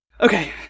Okay